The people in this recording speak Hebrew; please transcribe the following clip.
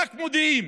רק מודיעים